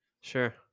Sure